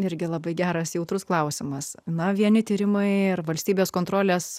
irgi labai geras jautrus klausimas na vieni tyrimai ar valstybės kontrolės